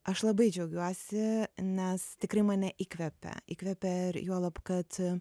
aš labai džiaugiuosi nes tikrai mane įkvepia įkvepia ir juolab kad